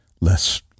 less